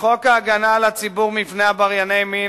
בחוק ההגנה על הציבור מפני עברייני מין,